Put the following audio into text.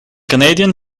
canadian